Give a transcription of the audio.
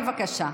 בבקשה.